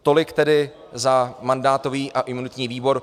Tolik tedy za mandátový a imunitní výbor.